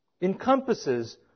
encompasses